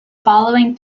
following